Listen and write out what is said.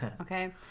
okay